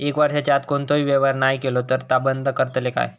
एक वर्षाच्या आत कोणतोही व्यवहार नाय केलो तर ता बंद करतले काय?